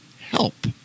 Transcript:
help